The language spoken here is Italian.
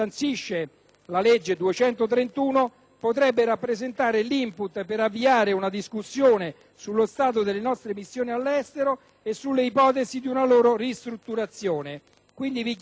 la legge n. 231, potrebbe rappresentare l'*input* per avviare una discussione sullo stato delle nostre missioni all'estero e sulle ipotesi per una loro ristrutturazione. Quindi, vi chiedo